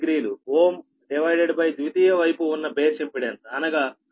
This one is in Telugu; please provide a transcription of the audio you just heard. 06∟780 Ω డివైడెడ్ బై ద్వితీయ వైపు ఉన్న బేస్ ఇంపెడెన్స్ అనగా 7